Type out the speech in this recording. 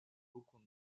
руку